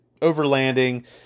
overlanding